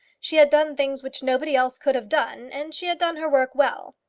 she had done things which nobody else could have done, and she had done her work well.